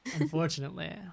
Unfortunately